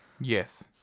Yes